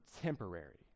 temporary